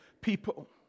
people